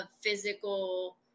physical